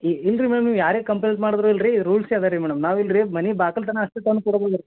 ಇಲ್ಲ ರಿ ಮೇಡಮ್ ನೀವು ಯಾರೇ ಕಂಪ್ಲೇಂಟ್ ಮಾಡಿದ್ರೂ ಇಲ್ಲ ರಿ ರೂಲ್ಸೇ ಅದ ರೀ ಮೇಡಮ್ ನಾವು ಇಲ್ಲ ರಿ ಮನೆ ಬಾಗಲ್ ತನಕ ಅಷ್ಟೇ ತಂದು ಕೊಡೋದು